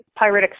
pyritic